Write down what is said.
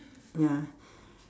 ya